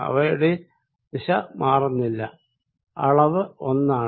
അവയുടെ ദിശ മാറുന്നില്ല അളവ് ഒന്ന് ആണ്